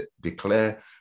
declare